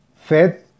fed